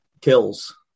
Kills